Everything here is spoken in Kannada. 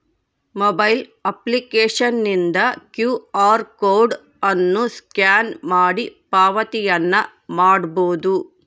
ಮೊಬೈಲ್ ಅಪ್ಲಿಕೇಶನ್ನಿಂದ ಕ್ಯೂ ಆರ್ ಕೋಡ್ ಅನ್ನು ಸ್ಕ್ಯಾನ್ ಮಾಡಿ ಪಾವತಿಯನ್ನ ಮಾಡಬೊದು